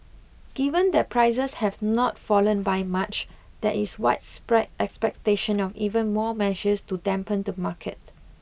given that prices have not fallen by much there is widespread expectation of even more measures to dampen the market